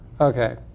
Okay